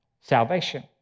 salvation